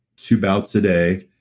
two bouts a day,